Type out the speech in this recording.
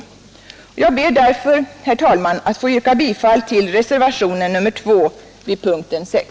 Jag ber därför, herr talman, att få yrka bifall till reservationen 2 vid punkten 6.